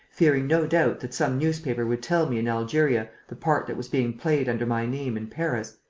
fearing no doubt that some newspaper would tell me in algeria the part that was being played under my name in paris,